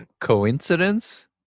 coincidence